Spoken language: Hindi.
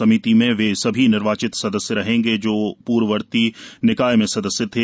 समिति में वे सभी निर्वाचित सदस्य रहेगें जो पूर्ववती निकाय में सदस्य थे